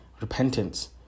repentance